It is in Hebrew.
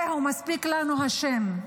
זהו, מספיק לנו השם.